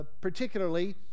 particularly